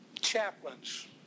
chaplains